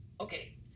okay